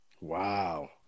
Wow